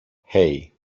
hey